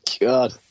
god